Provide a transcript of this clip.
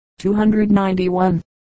291